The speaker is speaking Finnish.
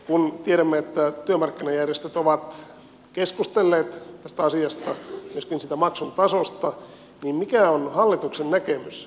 kun tiedämme että työmarkkinajärjestöt ovat keskustelleet tästä asiasta myöskin siitä maksun tasosta niin mikä on hallituksen näkemys tähän kysymykseen